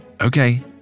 okay